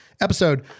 episode